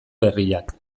berriak